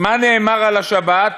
מה נאמר על השבת?